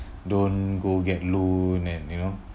don't go get loan and you know